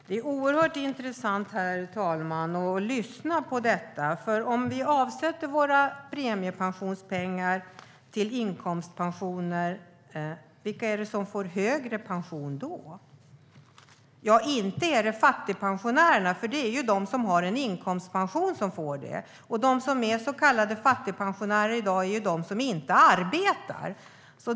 Herr talman! Det är oerhört intressant att lyssna på detta. Om vi avsätter våra premiepensionspengar till inkomstpensioner, vilka är det då som får högre pension? Inte är det fattigpensionärerna, utan det är de som har en inkomstpension. De som är så kallade fattigpensionärer i dag är ju de som inte har arbetat.